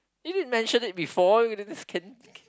you did mention it before you didn't